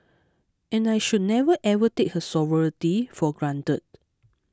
and I should never ever take her sovereignty for granted